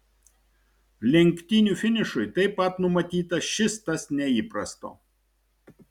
lenktynių finišui taip pat numatyta šis tas neįprasto